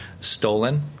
Stolen